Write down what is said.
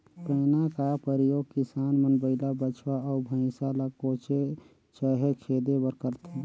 पैना का परियोग किसान मन बइला, बछवा, अउ भइसा ल कोचे चहे खेदे बर करथे